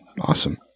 awesome